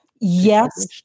Yes